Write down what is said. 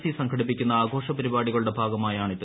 C സംഘടിപ്പിക്കുന്ന ആഘോഷ പരിപാടികളുടെ ഭാഗമായാണിത്